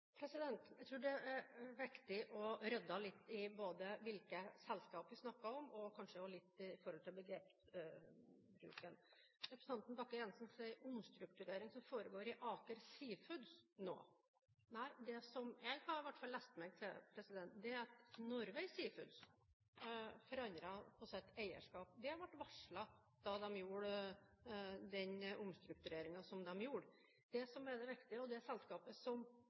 Jeg tror det er viktig å rydde litt i både hvilke selskap vi snakker om, og kanskje også litt i begrepsbruken. Representanten Bakke-Jensen snakker om «omstruktureringen som foregår i Aker Seafoods». Det som i hvert fall jeg har lest meg til, er at Norway Seafoods forandret på sitt eierskap. Det ble varslet da de gjorde den omstruktureringen som de gjorde. Det som er det viktige, og det selskapet som